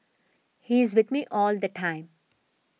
he's with me all the time